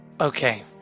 Okay